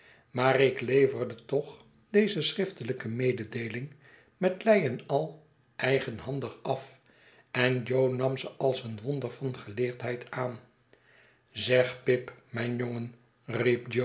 maar ik leverde toch deze schriftelijke mededeeling met lei en al eigenhandig af en jo nam ze als een wonder van geleerdheid aan zeg pip mijn jongen